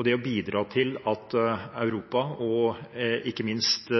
Det å bidra til at Europa, og ikke minst